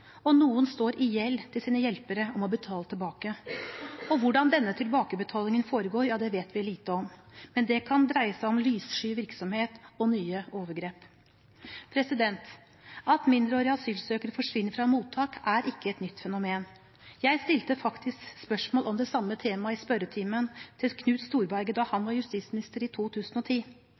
og noen står i gjeld til sine hjelpere om å betale tilbake. Hvordan denne tilbakebetalingen foregår, vet vi lite om, men det kan dreie seg om lyssky virksomhet og nye overgrep. At mindreårige asylsøkere forsvinner fra mottak, er ikke et nytt fenomen. Jeg stilte faktisk spørsmål om det samme temaet i spørretimen til Knut Storberget da han var justisminister i 2010.